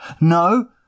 No